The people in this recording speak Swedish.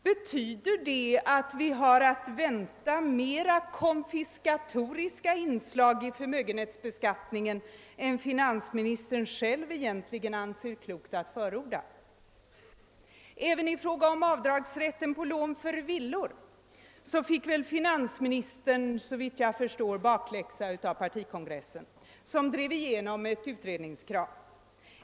Betyder det att vi har att vänta mera konfiskatoriska inslag i förmögenhetsbeskattningen än finansministern själv egentligen anser klokt att förorda? Även i fråga om avdragsrätten på lån för villor fick väl finansministern såvitt jag förstår en bakläxa av partikongressen, som drev igenom ett utredningskrav.